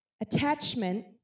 Attachment